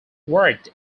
worked